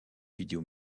vidéos